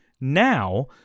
Now